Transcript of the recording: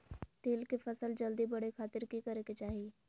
तिल के फसल जल्दी बड़े खातिर की करे के चाही?